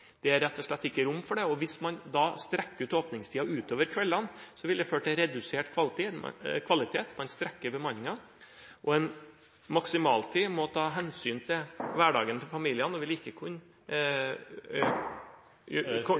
Det er rett og slett ikke rom for det. Hvis man da strekker ut åpningstiden utover kveldene, vil det føre til redusert kvalitet – man strekker bemanningen. En maksimaltid må ta hensyn til hverdagen til familiene , og man vil ikke kunne